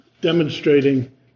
demonstrating